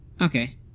Okay